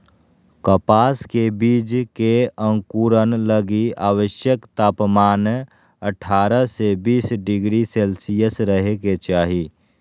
कपास के बीज के अंकुरण लगी आवश्यक तापमान अठारह से बीस डिग्री सेल्शियस रहे के चाही